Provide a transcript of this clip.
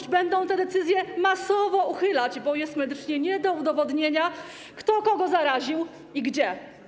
Sądy będą te decyzje masowo uchylać, bo jest medycznie nie do udowodnienia, kto kogo zaraził i gdzie.